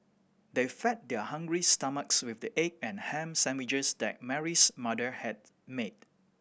they fed their hungry stomachs with the egg and ham sandwiches that Mary's mother had made